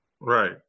right